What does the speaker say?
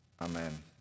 Amen